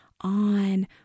on